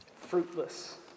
fruitless